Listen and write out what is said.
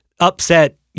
upset